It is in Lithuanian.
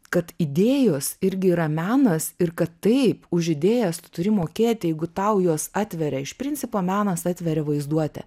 kad idėjos irgi yra menas ir kad taip už idėjas tu turi mokėti jeigu tau jos atveria iš principo menas atveria vaizduotę